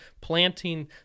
planting